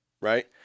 right